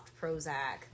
Prozac